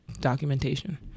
documentation